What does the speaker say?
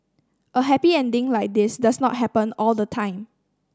a happy ending like this does not happen all the time